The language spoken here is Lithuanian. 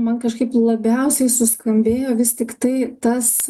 man kažkaip labiausiai suskambėjo vis tiktai tas